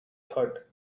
thought